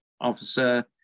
officer